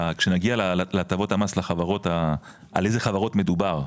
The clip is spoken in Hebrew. כשנגיע להטבות המס לחברות על איזה חברות מדובר,